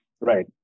right